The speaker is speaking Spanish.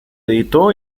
editó